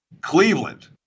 Cleveland